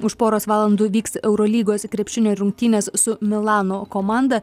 už poros valandų vyks eurolygos krepšinio rungtynės su milano komanda